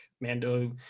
mando